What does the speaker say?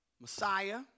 Messiah